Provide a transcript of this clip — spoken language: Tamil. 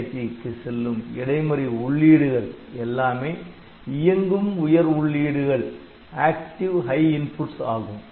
NVIC க்கு செல்லும் இடைமறி உள்ளீடுகள் எல்லாமே இயங்கும் உயர் உள்ளீடுகள் ஆகும்